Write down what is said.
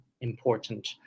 important